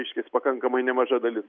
reiškias pakankamai nemaža dalis